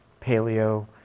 paleo